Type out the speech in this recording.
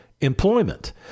employment